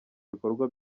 bikorwa